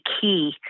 key